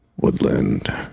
Woodland